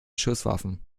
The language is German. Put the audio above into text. schusswaffen